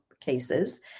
cases